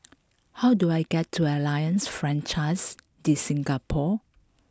how do I get to Alliance Francaise de Singapour